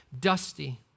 dusty